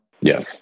Yes